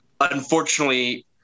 unfortunately